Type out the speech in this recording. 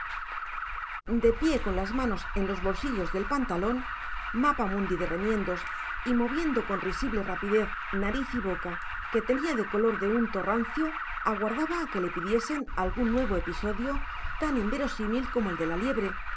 de pie con las manos en los bolsillos del pantalón mapamundi de remiendos y moviendo con risible rapidez nariz y boca que tenía de color de unto rancio aguardaba a que le pidiesen algún nuevo episodio tan verosímil como el de la liebre